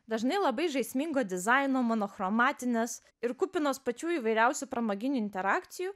dažnai labai žaismingo dizaino monochromatinės ir kupinos pačių įvairiausių pramoginių interakcijų